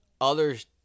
others